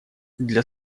для